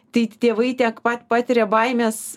tai tėvai tiek pat patiria baimės